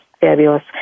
fabulous